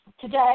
Today